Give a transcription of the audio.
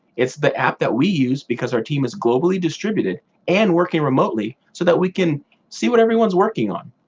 it's the app that we use because our team is globally distributed and working remotely so that we can see what everyone's working on.